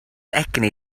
egni